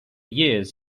years